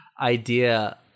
idea